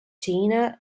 jinnah